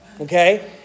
Okay